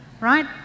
right